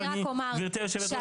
גבירתי היושבת-ראש,